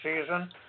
season